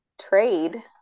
trade